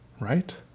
Right